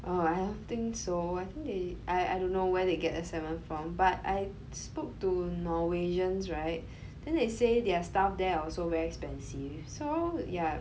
uh I don't think so I think they I I don't know where they get the salmon from but I spoke to Norwegians right then they say their stuff there are also very expensive so yeah